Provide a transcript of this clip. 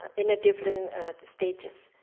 in a different stages